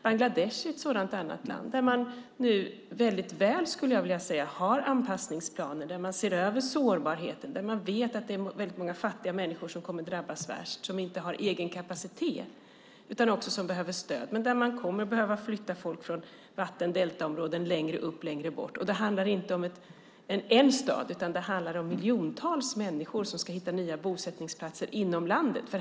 Bangladesh är ett annat land där man nu väldigt väl, skulle jag vilja säga, har anpassningsplaner. Man ser över sårbarheten. Man vet att det är väldigt många fattiga människor som kommer att drabbas värst, som inte har egen kapacitet utan behöver stöd. Man kommer att behöva flytta folk från vatten och deltaområden längre upp och längre bort. Det handlar inte om en stad, utan det handlar om miljontals människor som ska hitta nya bosättningsplatser inom landet.